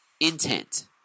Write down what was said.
Intent